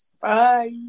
bye